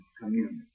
community